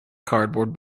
cardboard